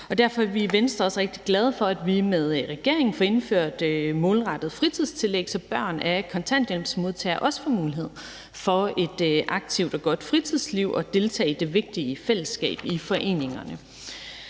Derfor er vi i Venstre også rigtig glade for, at vi med regeringen får indført målrettet fritidstillæg, så børn af en kontanthjælpsmodtager også får mulighed for et aktivt og godt fritidsliv og at deltage i det vigtige fællesskab i foreningerne.